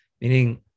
meaning